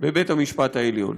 בבית-המשפט העליון,